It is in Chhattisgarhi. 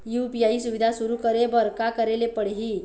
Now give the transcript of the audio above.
यू.पी.आई सुविधा शुरू करे बर का करे ले पड़ही?